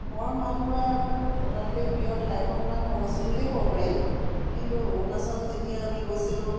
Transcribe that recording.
মই ভালপোৱা আটাতকৈ প্ৰিয় ঠাইখনৰ নাম অৰুণাচল বুলিয়েই ক'ব পাৰি কিন্তু অৰুণাচল যেতিয়া আমি গৈছিলোঁ